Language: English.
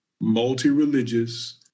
multi-religious